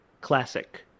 classic